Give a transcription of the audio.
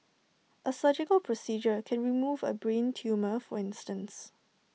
A surgical procedure can remove A brain tumour for instance